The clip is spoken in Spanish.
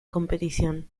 competición